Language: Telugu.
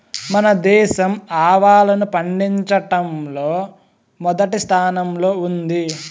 మన దేశం ఆవాలను పండిచటంలో మొదటి స్థానం లో ఉంది